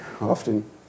often